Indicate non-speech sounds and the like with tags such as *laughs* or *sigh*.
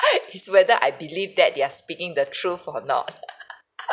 *laughs* it's whether I believe that they're speaking the truth or not *laughs*